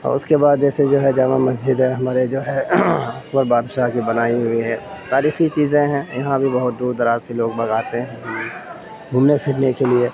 اور اس کے بعد جیسے جو ہے جامع مسجد ہے ہمارے جو ہے اکبر بادشاہ کی بنائی ہوئی ہے تاریخی چیزیں ہیں یہاں بھی بہت دور دراز سے لوگ آتے ہیں گھومنے پھرنے کے لیے